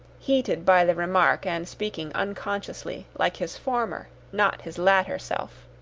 heated by the remark, and speaking unconsciously like his former, not his latter, self.